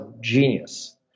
genius